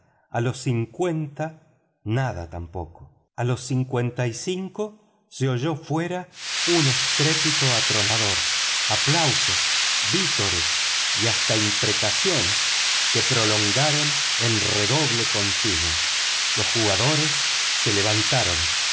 a los cincuenta nada tampoco a los cincuenta y cinco se oyó fuera un estrépito atronador aplausos vítores y hasta imprecaciones que prolongaron en redoble continuo los jugadores se levantaron